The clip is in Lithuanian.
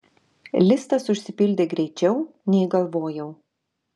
listas užsipildė greičiau nei galvojau